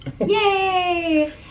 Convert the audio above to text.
yay